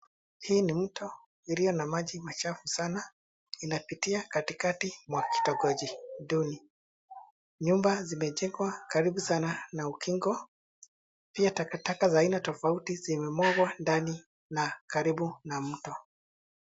Hii ni mto iliyo na maji machafu sana. Inapitia katikati mwa kitongoji duni. Nyumba zimejengwa karibu sana na ukingo. Pia takataka za aina tofauti zimemwagwa ndani na karibu na mto.